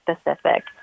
specific